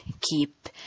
keep